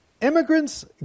Immigrant's